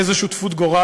איזו שותפות גורל?